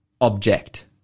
object